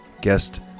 guest